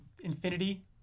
infinity